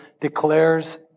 declares